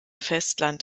festland